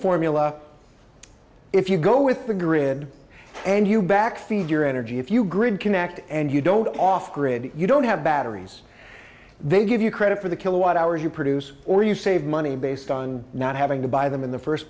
formula if you go with the grid and you back feed your energy if you grid connect and you don't offer it you don't have batteries they give you credit for the kilowatt hours you produce or you save money based on not having to buy them in the first